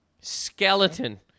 skeleton